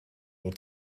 will